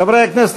חברי הכנסת,